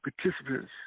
participants